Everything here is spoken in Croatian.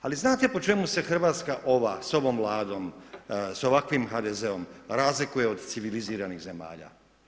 Ali znate po čemu se Hrvatska ova, sa ovom Vladom, sa ovakvim HDZ-om razlikuje od civiliziranih zemlja?